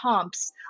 comps